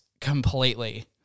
completely